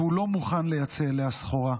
והוא לא מוכן לייצא אליה סחורה.